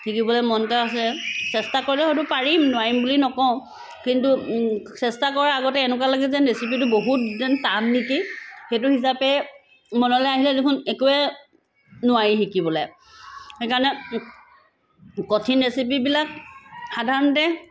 শিকিবলৈ মন এটা আছে চেষ্টা কৰিলে হয়তো পাৰিম নোৱাৰিম বুলি নকওঁ কিন্তু চেষ্টা কৰা আগতে এনেকুৱা লাগে যেন ৰেচিপিটো বহুত যেন টান নেকি সেইটো হিচাপে মনলৈ আহিলে দেখোন একোৱে নোৱাৰি শিকিবলৈ সেইকাৰণে কঠিন ৰেচিপিবিলাক সাধাৰণতে